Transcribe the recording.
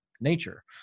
nature